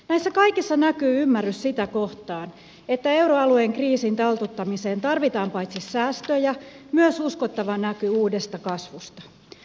näissä kaikissa näkyy ymmärrys sitä kohtaan että euroalueen kriisin taltuttamiseen tarvitaan paitsi säästöjä myös uskottava näky uudesta kasvusta